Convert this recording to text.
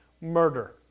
murder